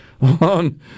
on